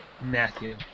Matthew